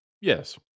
Yes